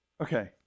Okay